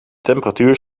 temperatuur